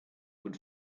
would